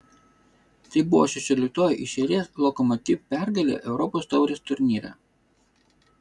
tai buvo šešioliktoji iš eilės lokomotiv pergalė europos taurės turnyre